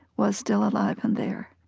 was still alive and there.